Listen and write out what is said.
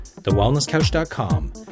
TheWellnessCouch.com